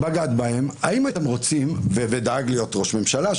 בגד בהם ודאג להיות ראש ממשלה.